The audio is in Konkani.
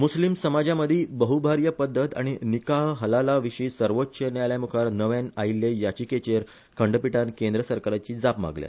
मुस्लिम समाजामदी बहभार्या पध्दत आनी निकाह हलाला विशी सर्वोच्च न्यायालयामुखार नव्यान आयिल्ले याचिकेचेर खंडपीठान केंद्र सरकाराची जाप मागल्या